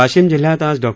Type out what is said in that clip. वाशीम जिल्ह्यात आज डॉ